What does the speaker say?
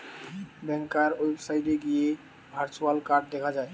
ব্যাংকার ওয়েবসাইটে গিয়ে virtual card দেখা যায়